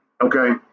okay